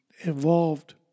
involved